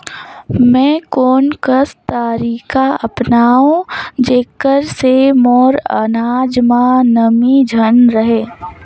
मैं कोन कस तरीका अपनाओं जेकर से मोर अनाज म नमी झन रहे?